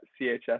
CHS